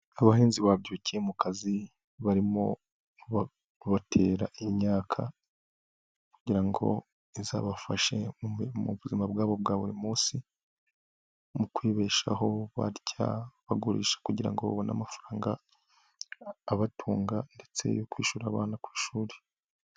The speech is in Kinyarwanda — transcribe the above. Abahinzi babyukiye mu kazi, barimo batera imyaka kugira ngo izabafashe mu buzima bwabo bwa buri munsi, mu kwibeshaho, barya, bagurisha kugira babone amafaranga abatunga ndetse no kwishyurira abana ku ishuri.